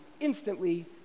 instantly